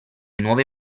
nuove